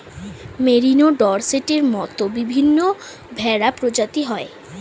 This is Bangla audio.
মেরিনো, ডর্সেটের মত বিভিন্ন ভেড়া প্রজাতি হয়